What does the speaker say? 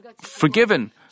forgiven